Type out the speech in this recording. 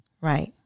Right